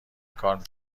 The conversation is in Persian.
کار